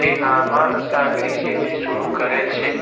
तेनामा सागरी शेती सुरू करेल शे